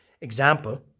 example